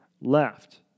left